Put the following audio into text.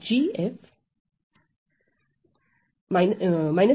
तो मुझे